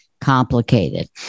complicated